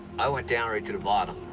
i went down right to the bottom.